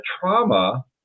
trauma